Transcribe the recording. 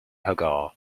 hagar